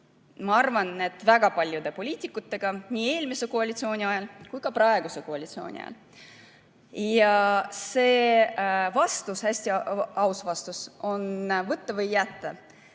ma arvan, väga paljude poliitikutega nii eelmise koalitsiooni ajal kui ka praeguse koalitsiooni ajal. See vastus, hästi aus vastus on: võta või jäta.